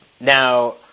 Now